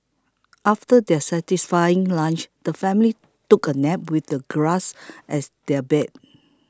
after their satisfying lunch the family took a nap with the grass as their bed